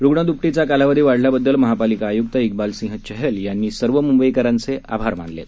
रुग्ण द्पटीचा कालावधी वाढल्याबद्दल महापालिका आयुक्त इकबाल सिंह चहल यांनी सर्व मुंबईकरांचे आभार मानले आहेत